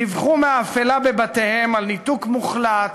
דיווחו מהאפלה בבתיהם על ניתוק מוחלט,